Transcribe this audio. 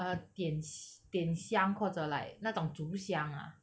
err 点点香或者 like 那种烛香啊